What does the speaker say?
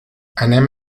anem